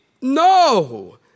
No